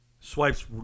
swipes